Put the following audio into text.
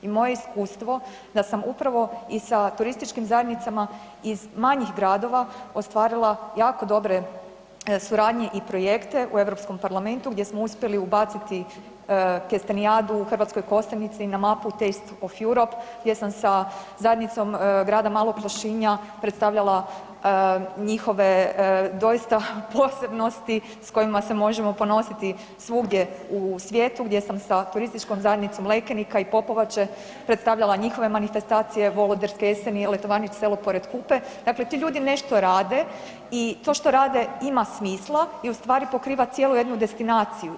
I moje iskustvo da sam upravo i sa turističkim zajednicama iz manjih gradova ostvarila jako dobre suradnje i projekte u Europskom parlamentu gdje smo uspjeli ubaciti Kestenijadu u Hrvatskoj Kostajnici na Map test of Europe gdje sam sa Zajednicom Grada Malog Lošinja predstavljala njihove doista posebnosti s kojima se možemo ponositi svugdje u svijetu, gdje sam sa Turističkom zajednicom Lekenika i Popovače predstavljala njihove manifestacije Voloderske jeseni, Letovanić selo pore Kupe, dakle ti ljudi nešto rade i to što rade ima smisla i ustvari pokriva cijelu jednu destinaciju.